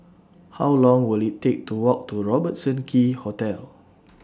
How Long Will IT Take to Walk to Robertson Quay Hotel